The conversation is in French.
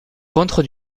contre